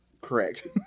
Correct